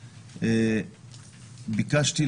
ב-2019,